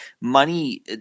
money